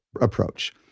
approach